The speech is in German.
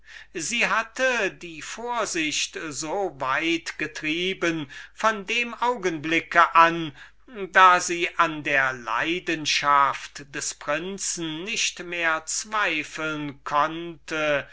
cleonissa hatte die vorsicht gebraucht die schwestern des prinzen von dem augenblicke da sie an seiner leidenschaft nicht mehr zweifeln konnte